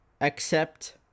Accept